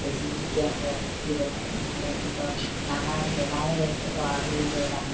বেজী যেতিয়া হয় দিব লাগে নহ'লে সিহঁতৰ নানা বেমাৰে আগুৰি ধৰে ডাঙৰ